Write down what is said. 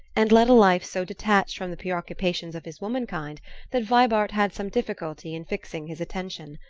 and led a life so detached from the preoccupations of his womankind that vibart had some difficulty in fixing his attention.